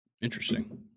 Interesting